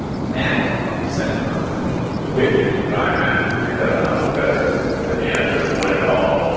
mack decided to run a promotion the pitch is if you buy a mattress three thousand ah dollars or better and the astros win it all,